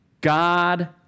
God